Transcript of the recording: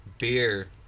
beer